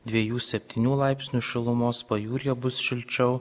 viejų septynių laipsnių šilumos pajūryje bus šilčiau